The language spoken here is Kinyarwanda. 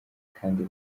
kandi